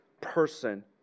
person